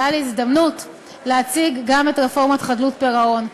שהייתה לי הזדמנות להציג גם את רפורמת חדלות פירעון.